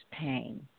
pain